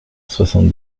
soixante